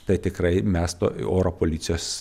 tai tikrai mes to oro policijos